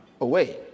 away